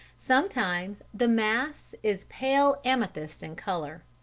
sometimes the mass is pale amethyst in colour.